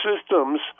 systems